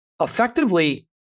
effectively